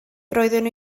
roeddwn